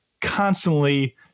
constantly